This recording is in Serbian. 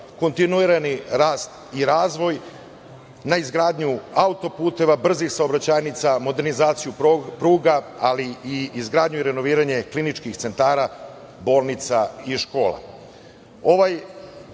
kontinuirani rast i razvoj, na izgradnju autoputeva, brzih saobraćajnica, modernizaciju pruga, ali i izgradnju i renoviranje kliničkih centrala, bolnica i škola. Ovaj